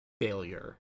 failure